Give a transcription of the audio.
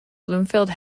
bloomfield